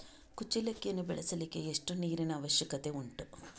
ಕುಚ್ಚಲಕ್ಕಿಯನ್ನು ಬೆಳೆಸಲಿಕ್ಕೆ ಎಷ್ಟು ನೀರಿನ ಅವಶ್ಯಕತೆ ಉಂಟು?